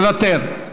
מוותר.